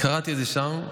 נאום יפה.